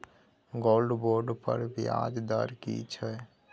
Gold bond पर ब्याज दर की छै?